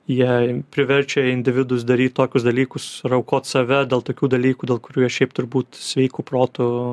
jie priverčia individus daryt tokius dalykus ir aukot save dėl tokių dalykų dėl kurių jie šiaip turbūt sveiku protu